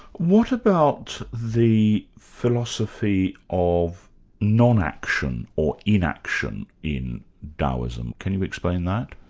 what about the philosophy of non-action, or inaction in daoism? can you explain that?